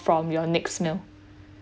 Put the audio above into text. from your next meal